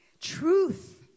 truth